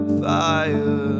fire